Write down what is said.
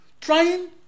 Trying